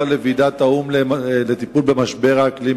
לוועידת האו"ם בקופנהגן לטיפול במשבר האקלים,